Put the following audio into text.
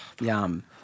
yum